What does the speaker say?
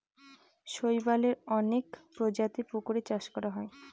শৈবালের অনেক প্রজাতির পুকুরে চাষ করা হয়